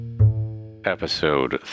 Episode